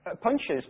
punches